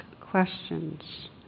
questions